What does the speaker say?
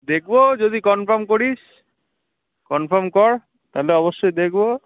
দেখব যদি কনফার্ম করিস কনফার্ম কর তাহলে অবশ্যই দেখব